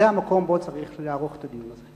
זה המקום שבו צריך לערוך את הדיון הזה.